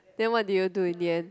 then what do you do in the end